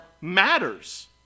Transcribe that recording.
matters